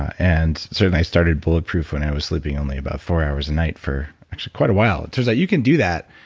and sort of i started bulletproof, i was sleeping only about four hours a night for actually quite a while. it turns out you can do that,